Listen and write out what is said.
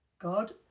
God